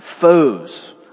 foes